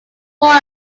born